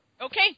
Okay